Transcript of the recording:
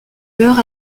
meurt